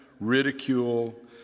ridicule